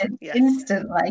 instantly